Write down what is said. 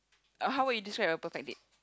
uh how would you describe a perfect date